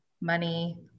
money